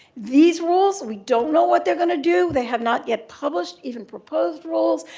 these rules, we don't know what they're going to do. they have not yet published even proposed rules,